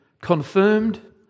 confirmed